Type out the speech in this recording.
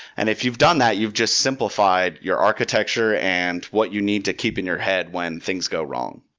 and if you've done that, you've just simplified your architecture and what you need to keep in your head when things go wrong